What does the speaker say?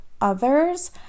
others